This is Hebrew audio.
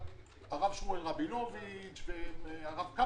חברי ועדת החמישה אבל הם הגישו את העתירה בשמם.